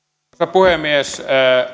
puhemies